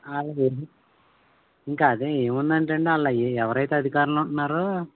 వాళ్ళు ఇంక అదే ఏముంది అంటే అండి వాళ్ళు ఎవరైతే అధికారులు ఉన్నారో